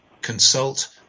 consult